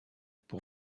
pour